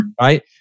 right